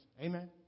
Amen